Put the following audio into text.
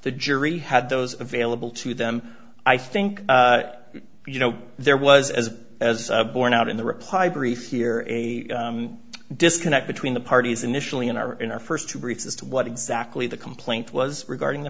the jury had those available to them i think you know there was as a as borne out in the reply brief here a disconnect between the parties initially in our in our first two briefs as to what exactly the complaint was regarding the